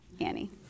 Annie